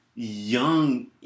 Young